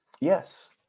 Yes